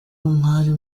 mwari